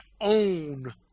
own